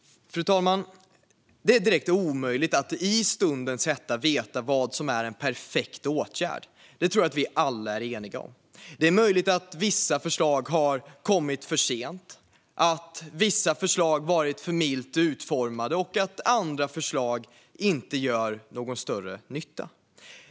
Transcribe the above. Fru talman! Det är direkt omöjligt att i stundens hetta veta vad som är en perfekt åtgärd. Det tror jag att vi alla är eniga om. Det är möjligt att vissa förslag har kommit för sent, att vissa förslag varit för milt utformade och att andra förslag inte gör någon större nytta.